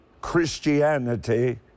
Christianity